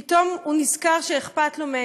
פתאום הוא נזכר שאכפת לו מהם,